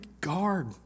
guard